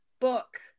book